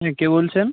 হ্যাঁ কে বলছেন